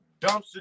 dumpster